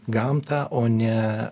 gamta o ne